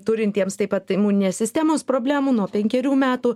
turintiems taip pat imuninės sistemos problemų nuo penkerių metų